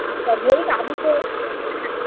আচ্ছা যেই আমি তো হ্যাঁ